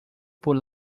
por